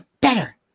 Better